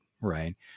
right